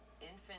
infant